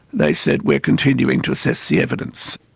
they said we're continuing to assess the evidence.